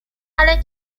ale